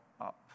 up